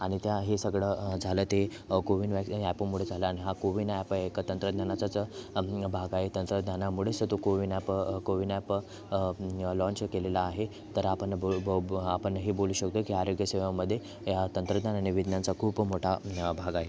आणि त्या हे सगळं झालं ते कोविन वॅक ॲपमुळे झालं आणि हा कोविन ॲप एक तंत्रज्ञानाचाच भाग आहे तंत्रज्ञानामुळेच तो CoWIN app CoWIN app launch केलेला आहे तर आपण बो बो बो आपण हे बोलू शकतो की आरोग्यसेवामध्ये या तंत्रज्ञान आणि विज्ञानचा खूप मोठा भाग आहे